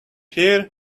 here